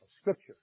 scripture